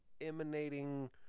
emanating